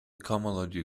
cohomology